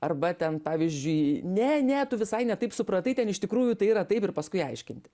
arba ten pavyzdžiui ne ne tu visai ne taip supratai ten iš tikrųjų tai yra taip ir paskui aiškinti